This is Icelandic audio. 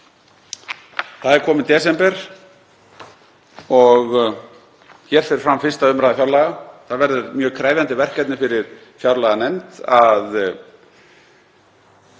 Það er kominn desember og hér fer fram 1. umr. fjárlaga. Það verður mjög krefjandi verkefni fyrir fjárlaganefnd að